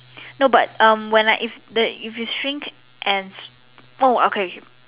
no but um when I if the if you shrink ants no okay okay